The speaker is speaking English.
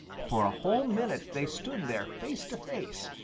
for a whole minute they stood there face to face,